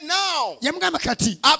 now